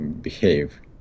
behave